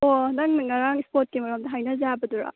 ꯑꯣ ꯅꯪꯅ ꯉꯔꯥꯡ ꯁ꯭ꯄꯣꯔꯠꯀꯤ ꯃꯔꯝꯗ ꯍꯥꯏꯅꯁꯤ ꯍꯥꯏꯕꯗꯨꯔꯣ